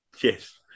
Yes